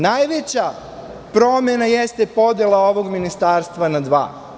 Najveća promena jeste podela ovog ministarstva na dva.